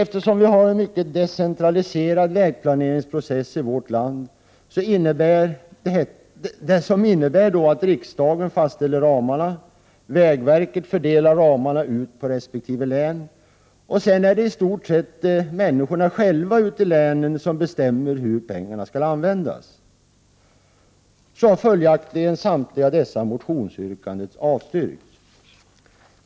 Eftersom vi har en mycket decentraliserad vägplaneringsprocess i vårt land, som innebär att riksdagen fastställer ramarna, vägverket fördelar dem ut på resp. län och det sedan i stort sett är människorna själva ute i länet som bestämmer hur pengarna skall användas, så har följaktligen samtliga dessa motionsyrkanden avstyrkts.